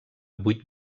vuit